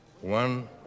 One